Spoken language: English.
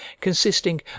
consisting